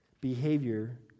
behavior